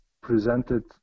presented